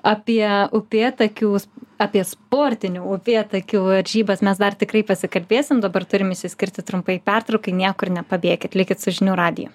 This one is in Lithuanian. apie upėtakių apie sportinių upėtakių varžybas mes dar tikrai pasikalbėsim dabar turim išsiskirti trumpai pertraukai niekur nepabėkit likit su žinių radiju